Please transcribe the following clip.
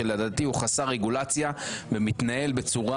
שלדעתי הוא חסר רגולציה ומתנהל בצורה